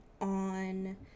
on